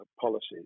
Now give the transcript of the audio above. policies